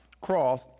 cross